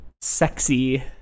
sexy